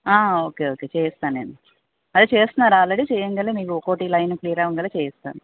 okay okay చేయిస్తాను నేను అదే చేస్తున్నారు ఆల్రెడీ చేయగానే మీకు ఒక్కొక్కటి లైన్ క్లియర్ అవ్వగానే చేయిస్తాను